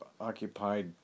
occupied